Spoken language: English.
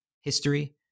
history